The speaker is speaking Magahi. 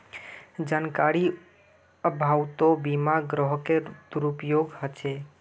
जानकारीर अभाउतो बीमा ग्राहकेर दुरुपयोग ह छेक